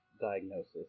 diagnosis